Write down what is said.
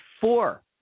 four